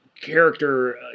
character